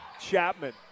Chapman